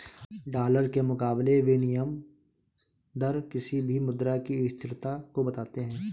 dollar के मुकाबले विनियम दर किसी भी मुद्रा की स्थिरता को बताते हैं